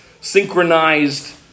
synchronized